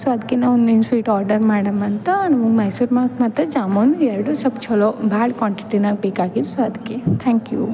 so ಅದಕ್ಕೆ ನಾವು ನಿಮ್ಮ ಸ್ವೀಟ್ ಆರ್ಡರ್ ಮಾಡಮ್ಮ ಅಂತ ಮೈಸೂರ್ ಮಾಕ್ ಮತ್ತು ಜಾಮೂನ ಎರಡು ಸ್ವಲ್ಪ ಛಲೋ ಭಾಳ ಕ್ವಾಂಟಿಟಿನಾಗೆ ಬೇಕಾಗಿತ್ತು ಸೊ ಅದಕ್ಕೆ ಥ್ಯಾಂಕ್ ಯು